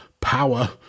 power